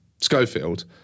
Schofield